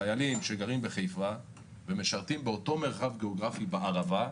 חיילים שגרים בחיפה ומשרתים באותו מרחב גיאוגרפי בערבה,